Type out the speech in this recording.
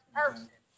person